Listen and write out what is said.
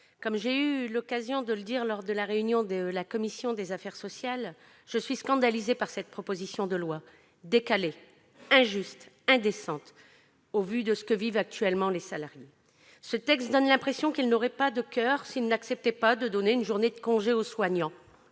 comme j'ai eu l'occasion de le souligner en commission des affaires sociales, je suis scandalisée par cette proposition de loi décalée, injuste et indécente au vu de ce que vivent actuellement les salariés. Ce texte donne l'impression qu'ils n'auraient pas de coeur s'ils n'acceptaient pas de donner une journée de congé aux soignants